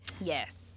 Yes